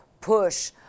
push